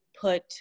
put